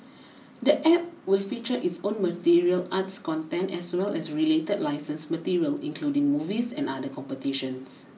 the App will feature its own martial arts content as well as related licensed material including movies and other competitions